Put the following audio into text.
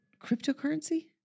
cryptocurrency